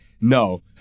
no